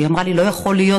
היא אמרה לי: לא יכול להיות.